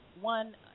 one